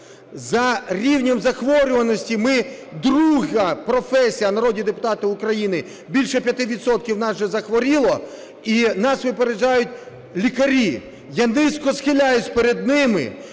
За рівнем захворюваності ми друга професія – народні депутати України – більше 5 відсотків в нас вже захворіло, і нас випереджають лікарі. Я низько схиляюся перед ними.